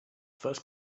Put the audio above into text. first